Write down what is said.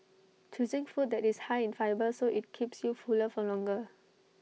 choosing food that is high in fibre so IT keeps you fuller for longer